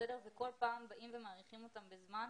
וכל פעם באים ומאריכים אותם בזמן,